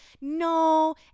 no